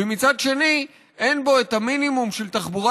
ומצד שני אין בו את המינימום של תחבורה